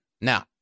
Now